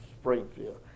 Springfield